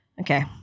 okay